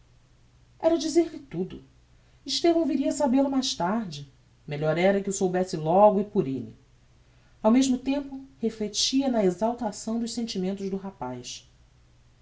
execução era dizer-lhe tudo estevão viria a sabel o mais tarde melhor era que o soubesse logo e por elle ao mesmo tempo reflectia na exaltação dos sentimentos do rapaz